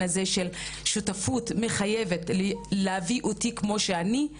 הזה של שותפות מחייבת להביא אותי כמו שאני,